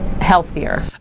healthier